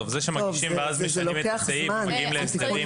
זה שמגישים ואז משנים את הסעיף ומגיעים להסדר, לא.